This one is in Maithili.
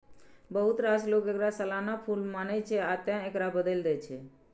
बहुत रास लोक एकरा सालाना फूल मानै छै, आ तें एकरा बदलि दै छै